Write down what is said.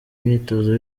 imyitozo